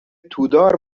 تودار